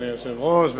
אדוני היושב-ראש,